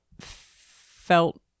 felt